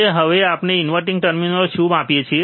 હવે આપણે inverting terminal પર શું માપીએ છીએ